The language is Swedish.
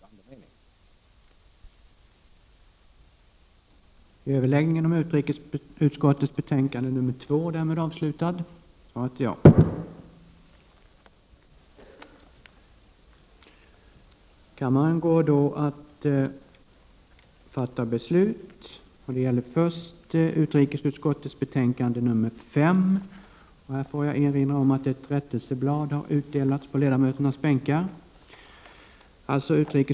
Därför har vi i miljöpartiet inte kunnat stödja centerreservationen. Även om vi givetvis, och det kanske även gäller de övriga i utskottet, instämmer i dess andemening.